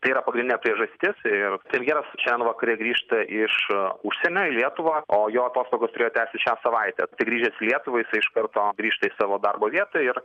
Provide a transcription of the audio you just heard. tai yra pagrindinė priežastis ir premjeras šiandien vakare grįžta iš užsienio į lietuvą o jo atostogos turėjo tęstis šią savaitę tai grįžęs į lietuvą jisai iš karto grįžta į savo darbo vietą ir